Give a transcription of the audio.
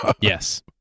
Yes